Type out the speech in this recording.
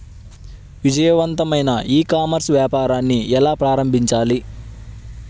విజయవంతమైన e commerce వ్యాపారాన్ని ఎలా ప్రారంభించాలి?